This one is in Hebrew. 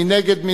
מי נגד?